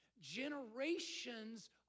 Generations